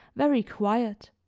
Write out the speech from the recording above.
very quiet,